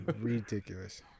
Ridiculous